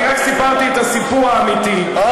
אני רק סיפרתי את הסיפור האמיתי על,